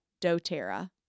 DoTerra